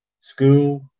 school